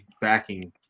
backing